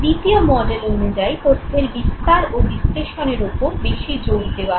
দ্বিতীয় মডেল অনুযায়ী তথ্যের বিস্তার ও বিশ্লেষণের ওপর বেশি জোর দেওয়া হয়